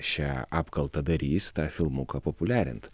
šią apkaltą darys tą filmuką populiarint